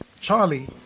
Charlie